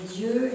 Dieu